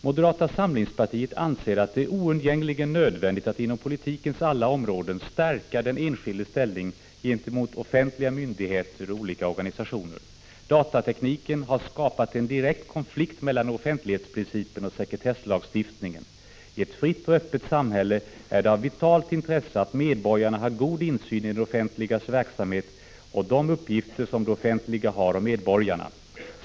Moderata samlingspartiet anser att det är oundgängligen nödvändigt att inom politikens alla områden stärka den enskildes ställning gentemot offentliga myndigheter och olika organisationer. Datatekniken har skapat en direkt konflikt mellan offentlighetsprincipen och sekretesslagstiftningen. I ett fritt och öppet samhälle är det av vitalt intresse att medborgarna har god insyn i det offentligas verksamhet och de uppgifter som det offentliga har om medborgarna.